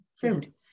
food